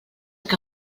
que